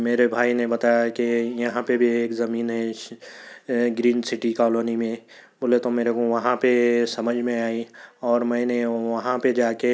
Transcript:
میرے بھائی نے بتایا کہ یہاں پہ بھی ایک زمین ہے گرین سٹی کالونی میں بولے تو میرے کو وہاں پہ سمجھ میں آئی اور میں نے وہاں پہ جا کے